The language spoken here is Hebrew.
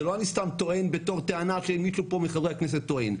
זה לא אני סתם טוען בתור טענה שמישהו פה מחברי הכנסת טוען,